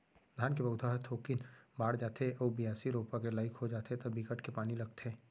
धान के पउधा ह थोकिन बाड़ जाथे अउ बियासी, रोपा के लाइक हो जाथे त बिकट के पानी लगथे